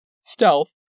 stealth